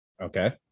Okay